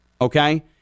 okay